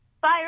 fire